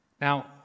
Now